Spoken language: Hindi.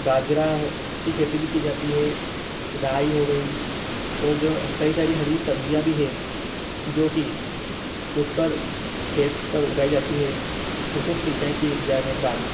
बाजरा ह की खेती भी की जाती है राई हो गई और जो कई सारी हरी सब्जियाँ भी है जो कि उस पर खेत पर उगाई जाती है उसको सिंचाई की जाने के बाद